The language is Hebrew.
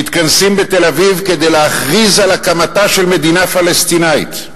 מתכנסים בתל-אביב כדי להכריז על הקמתה של מדינה פלסטינית,